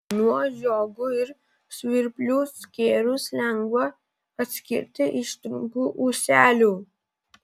nuo žiogų ir svirplių skėrius lengva atskirti iš trumpų ūselių